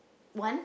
one